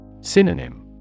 Synonym